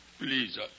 Please